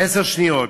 עשר שניות.